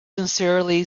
sincerely